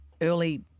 early